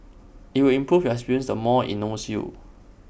IT will improve your experience the more IT knows you